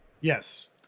Yes